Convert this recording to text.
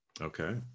okay